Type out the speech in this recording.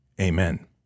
Amen